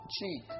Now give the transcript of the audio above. cheek